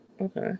Okay